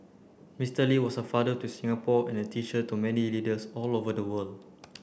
Mister Lee was a father to Singapore and a teacher to many leaders all over the world